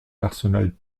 l’arsenal